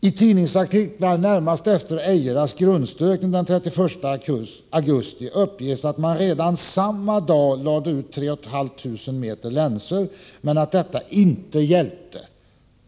”Ttidningsartiklar närmast efter Eiras grundstötning den 31 augusti uppges att man redan samma dag lade ut 3 500 m länsor, men att detta inte hjälpte.